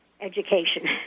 education